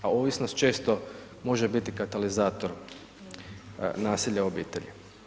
A ovisnost često može biti katalizator nasilja u obitelji.